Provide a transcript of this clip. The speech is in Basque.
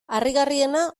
harrigarriena